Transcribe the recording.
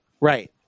right